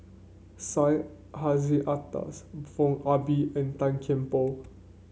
Syed Hussein Alatas Foo Ah Bee and Tan Kian Por